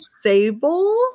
sable